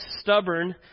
stubborn